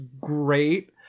great